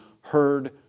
heard